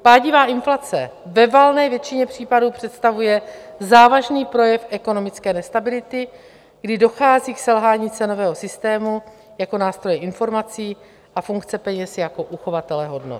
Pádivá inflace ve valné většině případů představuje závažný projev ekonomické nestability, kdy dochází k selhání cenového systému jako nástroje informací a funkce peněz jako uchovatele hodnot.